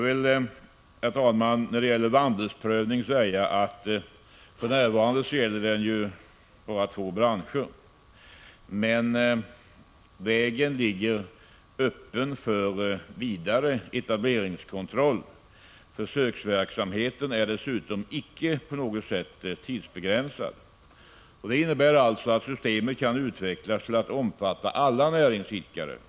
Vandelsprövning tillämpas för närvarande i två branscher, men vägen ligger öppen för vidare etableringskontroll. Försöksverksamheten är dessutom icke på något sätt tidsbegränsad. Det innebär alltså att systemet kan utvecklas till att omfatta alla näringsidkare.